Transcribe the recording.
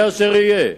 יהיה אשר יהיה.